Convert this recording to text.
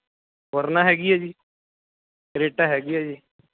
ਵਰਨਾ ਹੈਗੀ ਹੈ ਜੀ ਕਰੇਟਾ ਹੈਗੀ ਹੈ ਜੀ